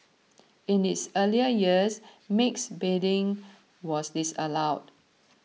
in its earlier years mixed bathing was disallowed